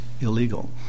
illegal